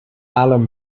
alan